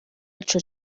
ico